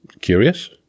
curious